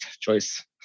choice